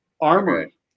armory